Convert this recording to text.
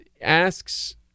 asks